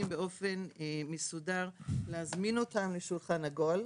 באופן מסודר להזמין אותם לשולחן עגול,